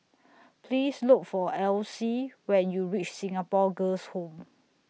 Please Look For Alyse when YOU REACH Singapore Girls' Home